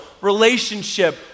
relationship